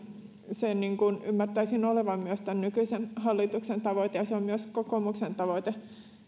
sen ymmärtäisin olevan myös tämän nykyisen hallituksen tavoite ja on myös kokoomuksen tavoite